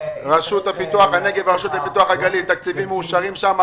הרשות לפיתוח הנגב והרשות לפיתוח הגליל התקציבים מאושרים שם,